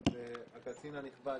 זה בכלל לא מעניין אותי ואני לא נכנס לזה,